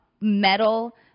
metal